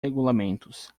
regulamentos